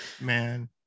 Man